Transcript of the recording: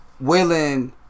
willing